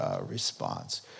response